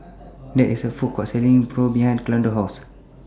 There IS A Food Court Selling Pho behind Orlando's House